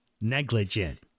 Negligent